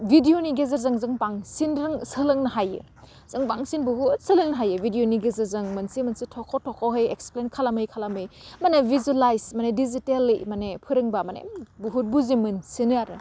भिडिअनि गेजेरजों जों बांसिन रों सोलोंनो हायो जों बांसिन बुहुथ सोलोंनो हायो भिडिअनि गेजेरजों मोनसे मोनसे थख' थख' है एक्सप्लेन्ड खालामै खालामै माने भिजुवेलाइज माने डिजिटेलै माने फोरोंबा माने बुहुथ बुजि मोनसिनो आरो